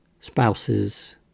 spouses